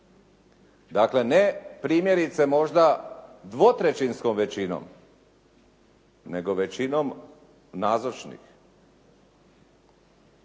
Dakle, ne primjerice možda dvotrećinskom većinom, nego većinom nazočnih.